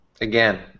Again